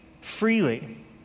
freely